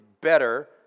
better